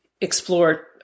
explore